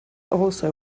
also